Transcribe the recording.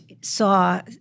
saw